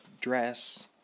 dress